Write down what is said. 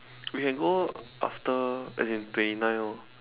we can go after as in twenty nine orh